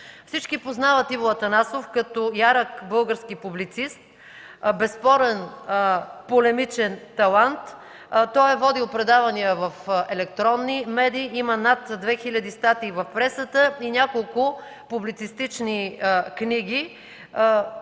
Всички познават Иво Атанасов като ярък български публицист, безспорен полемичен талант. Той е водил предавания в електронни медии, има над 2000 статии в пресата и няколко публицистични книги.